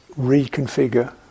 reconfigure